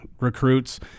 recruits